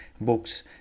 books